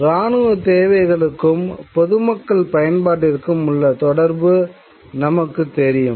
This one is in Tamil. இராணுவத் தேவைகளுக்கும் பொதுமக்கள் பயன்பாட்டிற்கும் உள்ள தொடர்பு நமக்குத் தெரியும்